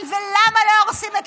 למה לא הורסים?